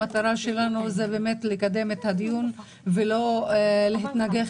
המטרה היא באמת לקדם את הדיון ולא להתנגח